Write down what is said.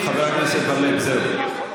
חבר הכנסת בר לב, זהו.